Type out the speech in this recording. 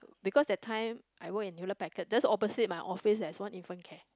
because that time I work in Hewlett-Packard just opposite my office there's one infant care